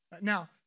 Now